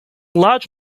large